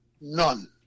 none